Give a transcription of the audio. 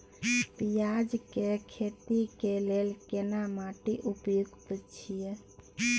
पियाज के खेती के लेल केना माटी उपयुक्त छियै?